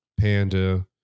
Panda